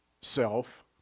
Self